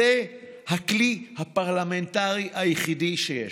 זה הכלי הפרלמנטרי היחיד שיש.